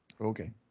Okay